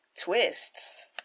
twists